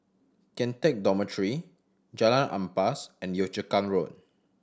Kian Teck Dormitory Jalan Ampas and Yio Chu Kang Road